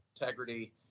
Integrity